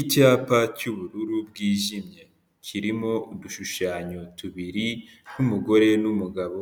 Icyapa cy'ubururu bwijimye kirimo udushushanyo tubiri tw'umugore n'umugabo,